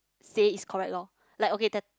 say it's correct lor like okay